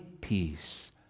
peace